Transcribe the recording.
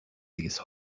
these